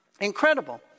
Incredible